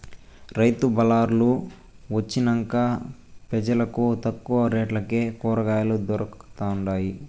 రైతు బళార్లు వొచ్చినంక పెజలకు తక్కువ రేట్లకే కూరకాయలు దొరకతండాయి